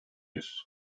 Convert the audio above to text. yüz